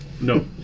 No